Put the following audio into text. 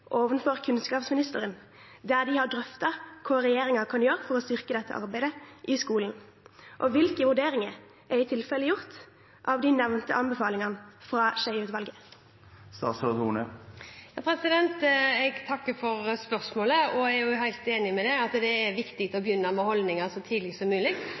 kunnskapsministeren for å drøfte hva regjeringen kan gjøre for å styrke dette arbeidet i skolen. Og hvilke vurderinger er i tilfelle gjort av de nevnte anbefalingene fra Skjeie-utvalget? Jeg takker for spørsmålet. Jeg er helt enig i at det er viktig å begynne med holdninger så tidlig som mulig.